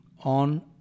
on